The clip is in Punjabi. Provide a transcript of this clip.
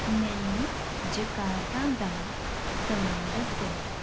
ਮੈਨੂੰ ਜਕਾਰਤਾਂ ਦਾ ਸਮਾਂ ਦੱਸੋ